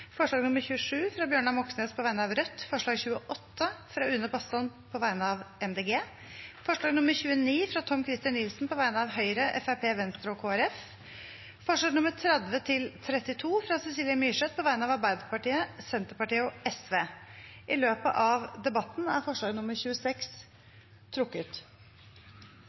forslag nr. 27, fra Bjørnar Moxnes på vegne av Rødt forslag nr. 28, fra Une Bastholm på vegne av Miljøpartiet De Grønne forslag nr. 29, fra Tom-Christer Nilsen på vegne av Høyre, Fremskrittspartiet, Venstre og Kristelig Folkeparti forslagene nr. 30–32, fra Cecilie Myrseth på vegne av Arbeiderpartiet, Senterpartiet og Sosialistisk Venstreparti I løpet av debatten er forslag nr. 26 trukket.